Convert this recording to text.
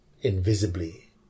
invisibly